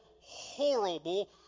horrible